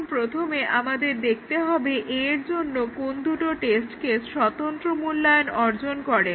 এখন প্রথমে আমাদের দেখতে হবে A এর জন্য কোন দুটো টেস্ট কেস স্বতন্ত্র মূল্যায়ন অর্জন করে